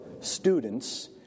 students